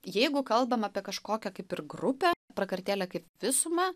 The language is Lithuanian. jeigu kalbam apie kažkokią kaip ir grupę prakartėlę kaip visumą